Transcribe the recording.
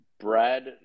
Brad